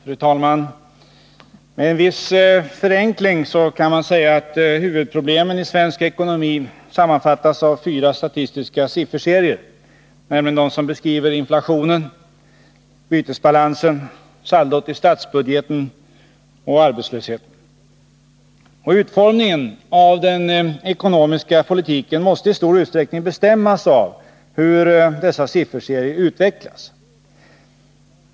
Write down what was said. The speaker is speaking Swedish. Fru talman! Med en viss förenkling kan man säga att huvudproblemen i svensk ekonomi sammanfattas i fyra statistiska sifferserier, nämligen de som beskriver inflationen, bytesbalansen, saldot i statsbudgeten samt arbetslösheten. Och utformningen av den ekonomiska politiken måste i stor utsträckning bestämmas av hur dessa sifferserier utvecklas.